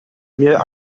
mir